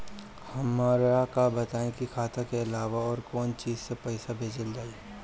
हमरा के बताई की खाता के अलावा और कौन चीज से पइसा भेजल जाई?